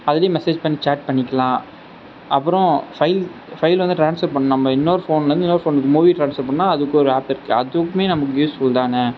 அதுலேயும் மெசேஜ் பண்ணி சாட் பண்ணிக்கலாம் அப்றம் ஃபைல் ஃபைல் வந்து ட்ரான்ஸ்ஃபெர் பண்ணலாம் நம்ம இன்னொரு ஃபோன்லேருந்து இன்னொரு ஃபோனுக்கு மூவி ட்ரான்ஸ்ஃபெர் பண்ணால் அதுக்கு ஒரு ஆப் இருக்குது அதுக்குமே நமக்கு யூஸ் ஃபுல் தானே